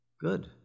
Good